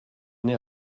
n’ai